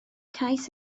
cais